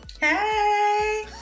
hey